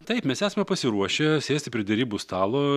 taip mes esame pasiruošę sėsti prie derybų stalo